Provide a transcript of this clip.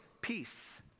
peace